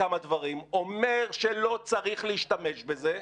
כמה דברים אומר שלא צריך להשתמש בזה,